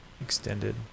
Extended